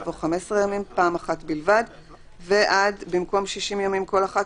יבוא: "15 ימים פעם אחת בלבד"; ועד במקום: "60 ימים כל אחת",